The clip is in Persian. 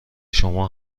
شما